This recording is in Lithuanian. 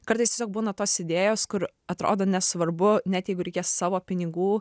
kartais tiesiog būna tos idėjos kur atrodo nesvarbu net jeigu reikės savo pinigų